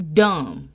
dumb